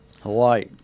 Hawaii